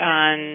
on